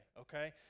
okay